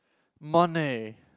money